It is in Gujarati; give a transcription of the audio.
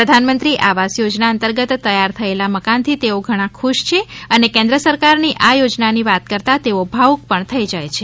પ્રધાનમંત્રી આવાસ યોજના અંતર્ગત તૈયાર થયેલા મકાનથી તેઓ ઘણાં જ ખુશ છે અને કેન્દ્ર સરકારની આ યોજનાની વાત કરતા તેઓ ભાવૂક પણ થઇ જાય છે